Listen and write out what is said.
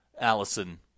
Allison